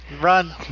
Run